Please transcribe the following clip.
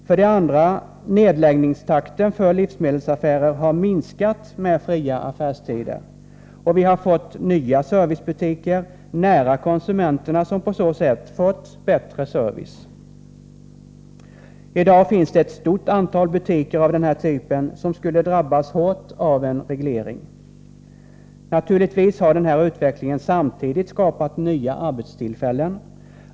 Vidare har nedläggningstakten när det gäller livsmedelsaffärer minskat med fria affärstider, och vi har fått nya servicebutiker nära konsumenterna, som på så sätt fått bättre service. I dag finns det ett stort antal butiker av den här typen, som skulle drabbas hårt av en reglering. Naturligtvis har den här utvecklingen samtidigt skapat nya arbetstillfällen.